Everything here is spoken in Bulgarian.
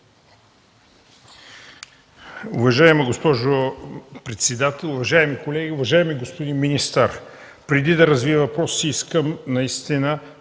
Уважаема госпожо председател, уважаеми колеги! Уважаеми господин министър, преди да развия въпроса, искам да Ви